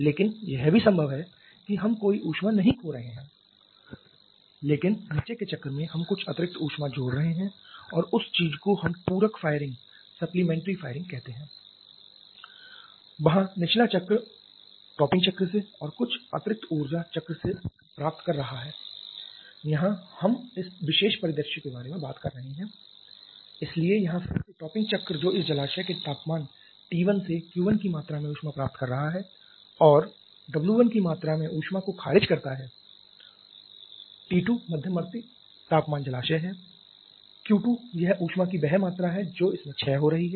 लेकिन यह भी संभव है कि हम कोई ऊष्मा नहीं खो रहे हो लेकिन नीचे के चक्र में हम कुछ अतिरिक्त ऊष्मा जोड़ रहे हैं और उस चीज को हम पूरक फायरिंग कहते है वहाँ निचला चक्र टॉपिंग चक्र से और कुछ अतिरिक्त ऊर्जा चक्र से ऊर्जा प्राप्त कर रहा है यहां हम इस विशेष परिदृश्य के बारे में बात कर रहे हैं इसलिए यहां फिर से टॉपिंग चक्र जो इस जलाशय के तापमान T1 से Q1 की मात्रा में ऊष्मा प्राप्त कर रहा है और W1 की मात्रा में ऊष्मा को खारिज करता है T2 मध्यवर्ती तापमान जलाशय है Q2 यह उष्मा की वह मात्रा है जो इसमें छय हो रही है